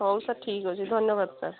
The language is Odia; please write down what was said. ହେଉ ସାର୍ ଠିକ ଅଛି ଧନ୍ୟବାଦ ସାର୍